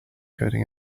coding